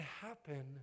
happen